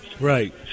Right